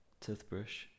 Toothbrush